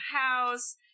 house